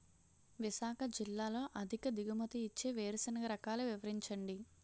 విశాఖ జిల్లాలో అధిక దిగుమతి ఇచ్చే వేరుసెనగ రకాలు వివరించండి?